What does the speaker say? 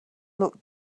looked